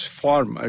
form